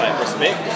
respect